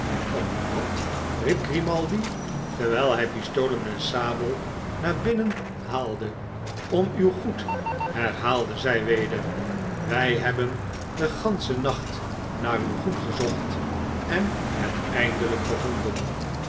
om wat riep grimaldi terwijl hij pistolen en sabel naar binnen haalde om uw goed herhaalden zij weder wij hebben den ganschen nacht naar uw goed gezocht en het eindelijk gevonden